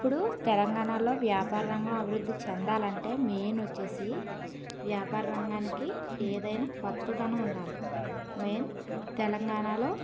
ఇప్పుడు తెలంగాణాలో వ్యాపార రంగం అభివృద్ధి చెందాలంటే మెయిన్ వచ్చేసి వ్యాపార రంగానికి ఏదైనా కొత్తదనం ఉండాలి మెయిన్ తెలంగాణలో